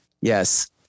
Yes